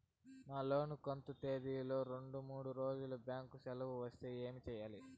నా లోను కంతు తేదీల లో రెండు మూడు రోజులు బ్యాంకు సెలవులు వస్తే ఏమి సెయ్యాలి?